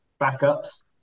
backups